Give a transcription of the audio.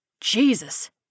Jesus